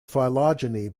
phylogeny